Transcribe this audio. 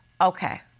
Okay